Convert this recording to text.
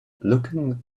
looking